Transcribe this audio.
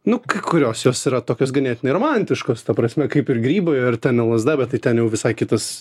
nu kai kurios jos yra tokios ganėtinai romantiškos ta prasme kaip ir grybai ar ten lsd bet tai ten jau visai kitas